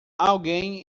alguém